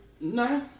No